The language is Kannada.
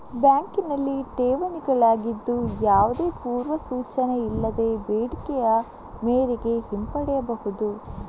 ಬ್ಯಾಂಕಿನಲ್ಲಿ ಠೇವಣಿಗಳಾಗಿದ್ದು, ಯಾವುದೇ ಪೂರ್ವ ಸೂಚನೆ ಇಲ್ಲದೆ ಬೇಡಿಕೆಯ ಮೇರೆಗೆ ಹಿಂಪಡೆಯಬಹುದು